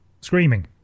screaming